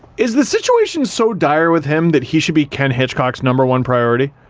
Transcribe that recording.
is the situation so dire with him that he should be ken hitchcock's number-one priority?